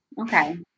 Okay